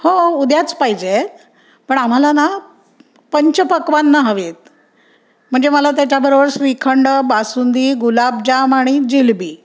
हो उद्याच पाहिजेत पण आम्हाला ना पंचपक्वान्नं हवे आहेत म्हणजे मला त्याच्याबरोबर श्रीखंड बासुंदी गुलाबजाम आणि जिलेबी